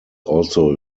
also